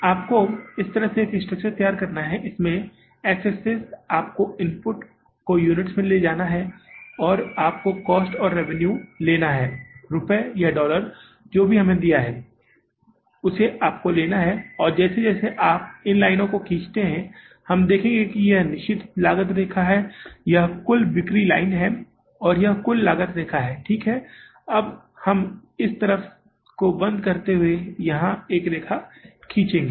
आपको इस तरह से एक स्ट्रक्चर तैयार करना है इस में एक्स एक्सिस आपको आउटपुट को यूनिट्स में ले जाना है और यहाँ आपको कॉस्ट और रेवेन्यू लेना है रुपए या डॉलर में जो भी हमें दिया गया है उसे आपको लेना होगा जैसे और जैसे ही आप इन लाइनों को खींचते हैं हम देखेंगे कि यह निश्चित लागत रेखा है यह कुल बिक्री लाइन है और यह कुल लागत रेखा है ठीक है और अब हम इस तरफ को बंद करते हुए यहां एक रेखा खींचेंगे